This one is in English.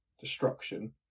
destruction